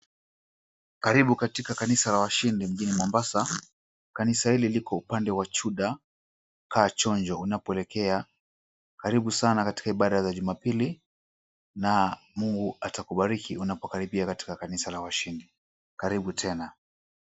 Karibu katika kanisa la washindi mjini Mombasa. Kanisa hili liko upande wa chuda kaa chonjo unapoelekea. Karibu sana katika ibaada za jumapli na Mungu atakubariki unapokariba katika kanisa la washindi. Karibu tena.